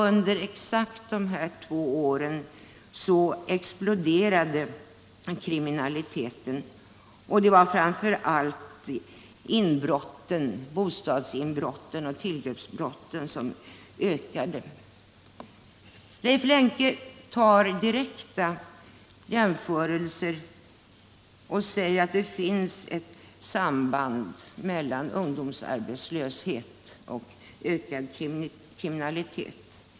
Under dessa två år exploderade kriminaliteten, och det var framför allt bostadsinbrotten och tillgreppsbrotten som ökade i antal. Leif Lemke gör direkta jämförelser och säger att det finns ett samband mellan ungdomsarbetslöshet och ökad kriminalitet.